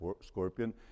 scorpion